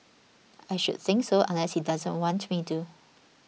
I should think so unless he doesn't want me to